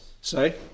say